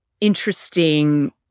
interesting